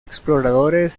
exploradores